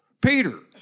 Peter